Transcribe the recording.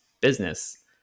business